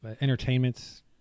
entertainments